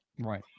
Right